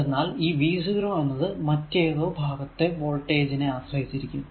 എന്തെന്നാൽ ഈ v0 എന്നത് മറ്റേതോ ഭാഗത്തെ വോൾടേജ് നെ ആശ്രയിച്ചിരിക്കും